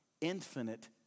infinite